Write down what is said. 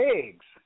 eggs